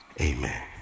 Amen